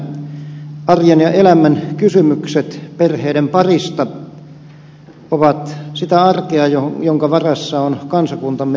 arjen ja elämän kysymykset perheiden parista ovat sitä arkea jonka varassa on kansakuntamme tulevaisuus